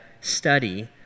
study